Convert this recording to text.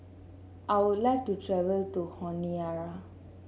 I would like to travel to Honiara